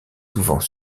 souvent